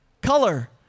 color